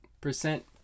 percent